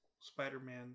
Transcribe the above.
Spider-Man